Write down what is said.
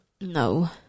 no